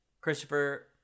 Christopher